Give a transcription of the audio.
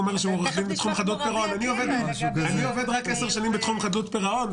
עובד רק עשר שנים בתחום חדלות פירעון,